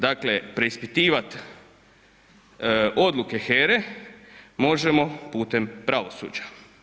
Dakle preispitivati odluke HERA-e možemo putem pravosuđa.